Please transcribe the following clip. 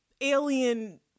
alien